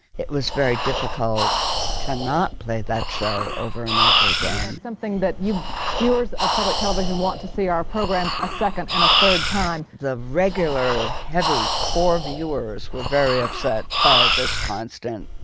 it was very difficult to not play that show over and over again and something that you viewers of public television want to see our programs a second and a third time, the regular heavy core viewers were very upset by this constant.